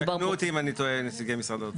יתקנו אותי אם אני טועה נציגי משרד האוצר.